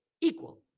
equal